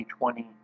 2020